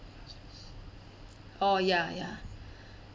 oh ya ya